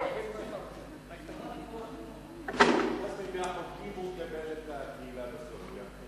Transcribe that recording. חוזה הביטוח (תיקון מס' 4), התש"ע 2010,